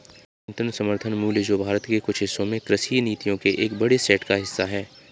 न्यूनतम समर्थन मूल्य जो भारत के कुछ हिस्सों में कृषि नीतियों के एक बड़े सेट का हिस्सा है